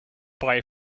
bye